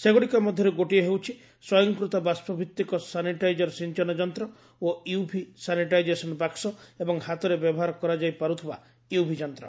ସେଗୁଡ଼ିକ ମଧ୍ୟରୁ ଗୋଟିଏ ହେଉଛି ସ୍ୱୟଂକୂତ ବାଷ୍ପଭିତ୍ତିକ ସାନିଟାଇଜର ସିଞ୍ଚନ ଯନ୍ତ୍ର ଓ ୟୁଭି ସାନିଟାଇଜେସନ ବାକୁ ଏବଂ ହାତରେ ବ୍ୟବହାର କରାଯାଇ ପାରୁଥିବା ୟୁଭି ଯନ୍ତ୍ର